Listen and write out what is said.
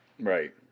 Right